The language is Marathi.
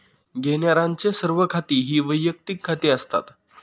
घेण्यारांचे सर्व खाती ही वैयक्तिक खाती असतात